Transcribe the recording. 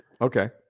Okay